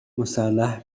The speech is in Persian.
مسلح